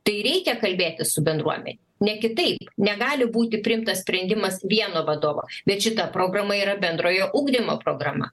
tai reikia kalbėtis su bendruomen ne kitaip negali būti priimtas sprendimas vieno vadovo bet šita programa yra bendrojo ugdymo programa